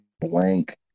blank